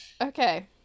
Okay